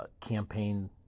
campaign